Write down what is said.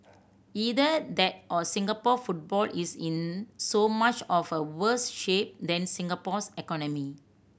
either that or Singapore football is in so much of a worse shape than Singapore's economy